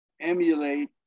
emulate